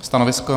Stanovisko?